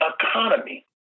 economy